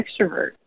extrovert